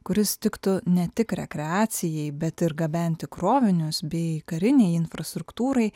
kuris tiktų ne tik rekreacijai bet ir gabenti krovinius bei karinei infrastruktūrai